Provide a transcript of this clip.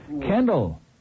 Kendall